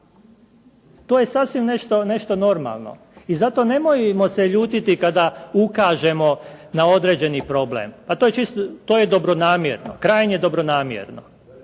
To je sasvim nešto normalno i zato nemojmo se ljutiti kada ukažemo na određeni problem. To je dobronamjerno, krajnje dobronamjerno.